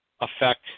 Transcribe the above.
affect